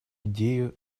идею